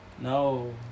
No